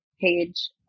page